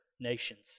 nations